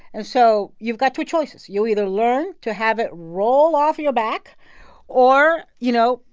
and so you've got two choices. you either learn to have it roll off your back or, you know,